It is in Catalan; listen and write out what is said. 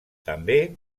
també